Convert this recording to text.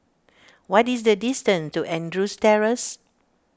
what is the distance to Andrews Terrace